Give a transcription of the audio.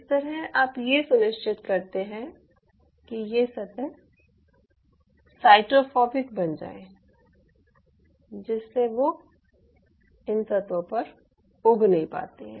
इस तरह आप ये सुनिश्चित करते हैं कि ये सतह साइटो फोबिक बन जाएं जिससे वो इन सतहों पर उग नहीं पाती हैं